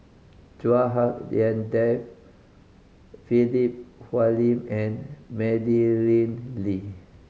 Chua Hak Lien Dave Philip Hoalim and Madeleine Lee